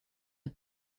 the